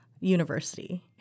university